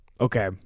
okay